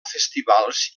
festivals